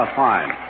fine